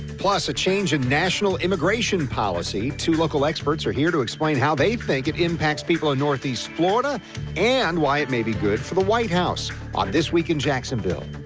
plus a change in national immigration policy. two local experts are here to explain how they think it impacts people in northeast florida and why it may be good for the white house. on this week in jacksonville.